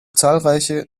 zahlreiche